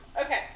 Okay